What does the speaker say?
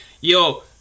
yo